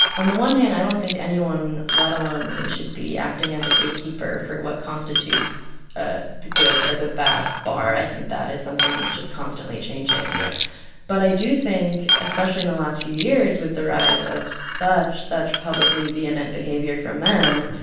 on the one hand, i don't think anyone, let alone me, should be acting as a gatekeeper for what constitutes ah the good or the bad bar. i think that is something that's just constantly changing yeah but i do think, especially in the last few years, with the rise of such, such publicly vehement behavior from men